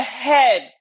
ahead